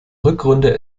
rückrunde